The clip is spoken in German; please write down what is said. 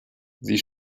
sie